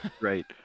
Right